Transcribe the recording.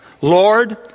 Lord